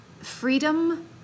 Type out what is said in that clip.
freedom